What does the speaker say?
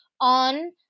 on